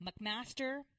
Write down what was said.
McMaster